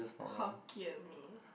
Hokkien-Mee